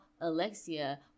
Alexia